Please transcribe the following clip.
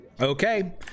Okay